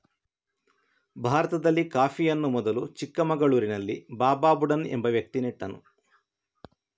ಭಾರತದಲ್ಲಿ ಕಾಫಿಯನ್ನು ಮೊದಲು ಚಿಕ್ಕಮಗಳೂರಿನಲ್ಲಿ ಬಾಬಾ ಬುಡನ್ ಎಂಬ ವ್ಯಕ್ತಿ ನೆಟ್ಟನು